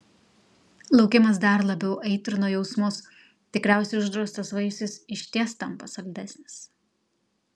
laukimas dar labiau aitrino jausmus tikriausiai uždraustas vaisius išties tampa saldesnis